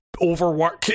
overwork